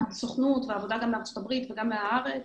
הסוכנות, עבודה מארצות הברית וגם מהארץ,